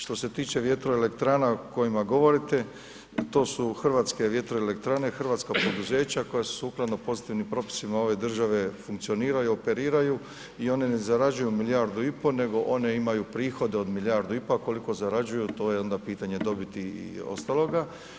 Što se tiče vjetroelektrana o kojima govorite, to su hrvatske vjetroelektrane, hrvatska poduzeća koja su sukladno pozitivnim propisima ove države funkcioniraju i operiraju i one ne zarađuju milijardu i pol, nego one imaju prihode od milijardu i pol a koliko zarađuju, to je onda pitanje dobiti i ostaloga.